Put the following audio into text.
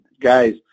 Guys